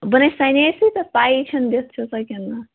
بہٕ نےَ سَنیسٕے تتھ پَیی چھَ نہٕ دِتھ چھُسا کِنہٕ نہَ